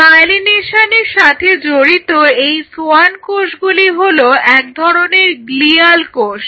মায়েলিনেশনের সাথে জড়িত এই সোয়ান কোষগুলি হলো এক ধরনের গ্লিয়াল কোষ